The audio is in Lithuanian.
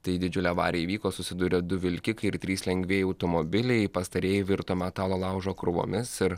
tai didžiulė avarija įvyko susidūrė du vilkikai ir trys lengvieji automobiliai pastarieji virto metalo laužo krūvomis ir